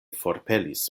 forpelis